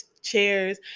chairs